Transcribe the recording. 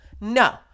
no